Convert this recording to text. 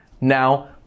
Now